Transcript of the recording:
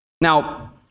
Now